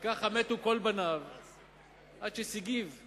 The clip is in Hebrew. וככה מתו כל בניו עד ששגיב צעירו,